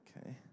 Okay